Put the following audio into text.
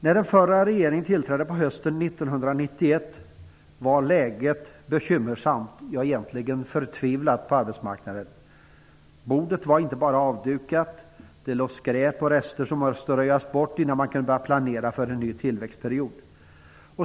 När den förra regeringen tillträdde på hösten 1991 var läget på arbetsmarknaden bekymmersamt, egentligen förtvivlat. Bordet var inte bara avdukat; det låg skräp och rester som måste röjas bort innan man kunde börja planera för en ny tillväxtperiod.